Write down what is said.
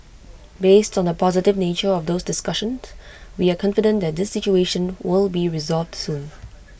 based on the positive nature of those discussions we are confident that this situation will be resolved soon